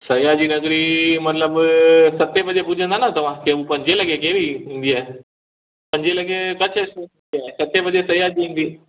सयाजी नगरी मतिलबु सतें बजे पुॼंदा न तव्हां की हू पंजे लॻे कहिड़ी ईंदी आहे पंजे लॻे कच्छ एक्सप्रेस सतें बजे सयाजी ईंदी